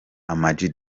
amag